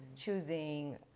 choosing